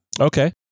Okay